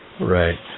Right